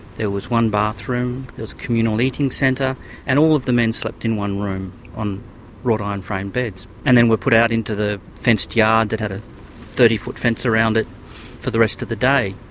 there was one bathroom, a communal eating centre and all of the men slept in one room on wrought-iron frame beds and then were put out into the fenced yard that had a thirty foot fence around it for the rest of the day.